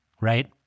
Right